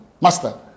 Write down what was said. Master